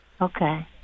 Okay